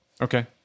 Okay